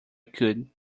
could